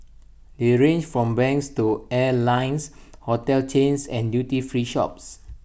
they range from banks to airlines hotel chains and duty free shops